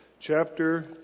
chapter